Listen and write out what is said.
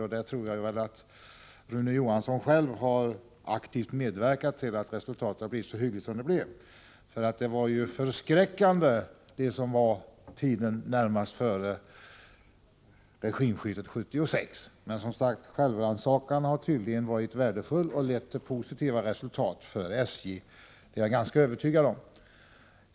Där tror jag att Rune Johansson själv har medverkat aktivt till att resultatet har blivit så hyggligt som det blev. Det var förskräckande som det var tiden närmast före regimskiftet 1976. Självrannsakan har tydligen varit värdefull och lett till positiva resultat för SJ. Det är jag ganska övertygad om.